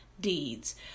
deeds